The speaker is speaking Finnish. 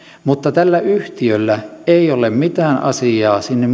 mutta tällä yhtiöllä ei ole mitään asiaa sinne